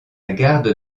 garde